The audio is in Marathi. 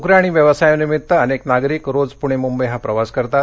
नोकरी आणि व्यवसायानिमित्त अनेक नागरिक रोज पुणे मुंबई हा प्रवास करतात